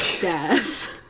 death